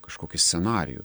kažkokį scenarijų